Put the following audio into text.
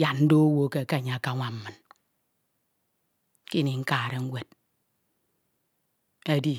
yak ndo owu eke ke enye akanwam min ke ini nkade nwed edi